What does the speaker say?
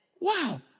wow